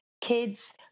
kids